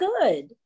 good